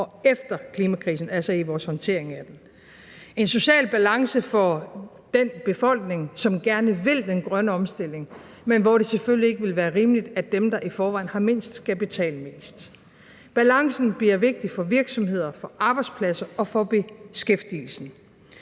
og efter klimakrisen – altså i vores håndtering af den – en social balance for den befolkning, som gerne vil den grønne omstilling, men hvor det selvfølgelig ikke vil være rimeligt, at dem, der i forvejen har mindst, skal betale mest. Balancen bliver vigtig for virksomheder og for arbejdspladser og for beskæftigelsen.